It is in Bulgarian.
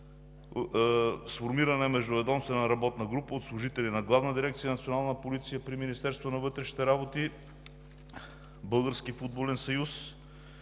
сформираме междуведомствена работна група от служители на Главна дирекция „Национална полиция“ при Министерството на вътрешните работи и Българския футболен съюз,